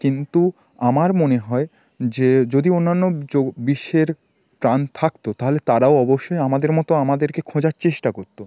কিন্তু আমার মনে হয় যে যদি অন্যান্য বিশ্বের প্রাণ থাকত তাহলে তারাও অবশ্যই আমাদের মতো আমাদেরকে খোঁজার চেষ্টা করত